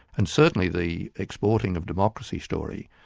and certainly the exporting of democracy story